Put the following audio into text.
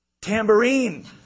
tambourine